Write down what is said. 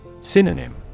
Synonym